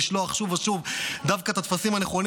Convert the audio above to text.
לשלוח שוב ושוב דווקא את הטפסים הנכונים